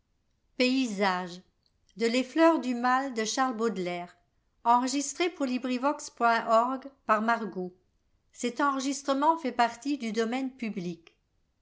les fleurs du mal ne